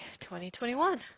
2021